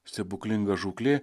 stebuklinga žūklė